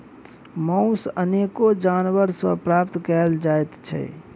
मौस अनेको जानवर सॅ प्राप्त करल जाइत छै